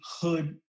hood